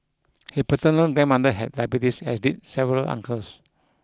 he paternal grandmother had diabetes as did several uncles